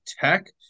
Tech